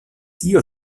tio